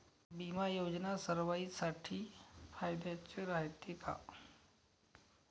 बिमा योजना सर्वाईसाठी फायद्याचं रायते का?